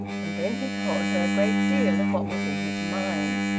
and then he told her a great deal of what was in his mind.